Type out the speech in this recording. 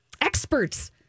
experts